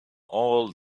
all